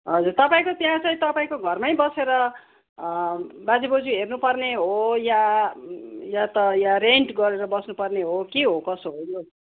हजुर तपाईँको त्यहाँ चाहिँ तपाईँको घरमै बसेर बाजेबोजु हेर्नुपर्ने हो या या त या रेन्ट गरेर बस्नुपर्ने हो के हो कसो हो